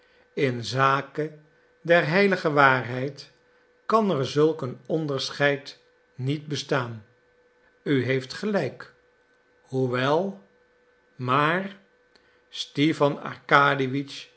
in zake der heilige waarheid kan er zulk een onderscheid niet bestaan u heeft gelijk hoewel maar stipan